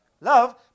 love